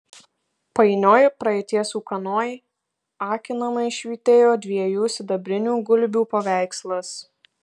painioj praeities ūkanoj akinamai švytėjo dviejų sidabrinių gulbių paveikslas